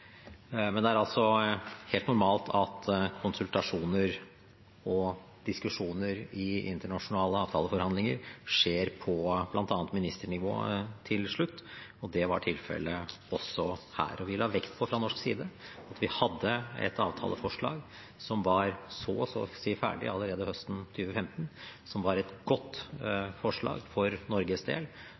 Det er helt normalt at konsultasjoner og diskusjoner i internasjonale avtaleforhandlinger skjer på bl.a. ministernivå til slutt. Det var tilfellet også her. Vi la vekt på fra norsk side at vi hadde et avtaleforslag som så å si var ferdig allerede høsten 2015, som var et godt forslag for Norges del,